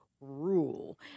rule